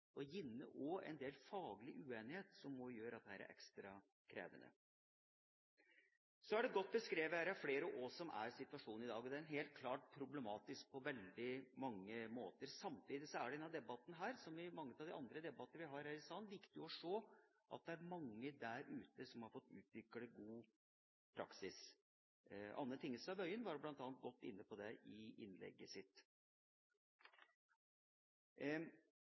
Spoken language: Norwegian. En del faglig uenighet gjør gjerne dette ekstra krevende. Så er det godt beskrevet av flere hva som er situasjonen i dag. Den er helt klart problematisk på veldig mange måter. Samtidig er det i denne debatten, som i andre debatter vi har i denne salen, viktig å se at det er mange der ute som har fått utviklet god praksis. Anne Tingelstad Wøien var bl.a. inne på det i innlegget sitt.